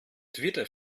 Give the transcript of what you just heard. twitter